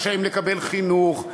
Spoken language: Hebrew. הם רשאים לקבל חינוך,